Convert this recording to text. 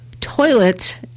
toilet